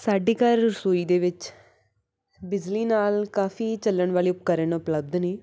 ਸਾਡੇ ਘਰ ਰਸੋਈ ਦੇ ਵਿੱਚ ਬਿਜਲੀ ਨਾਲ ਕਾਫੀ ਚਲਣ ਵਾਲੇ ਉਪਕਰਨ ਉਪਲਬਧ ਨੇ